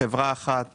בחברה אחת